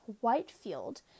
Whitefield